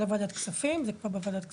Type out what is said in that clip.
יש את הבקשה לוועדת כספים, זה כבר בוועדת כספים.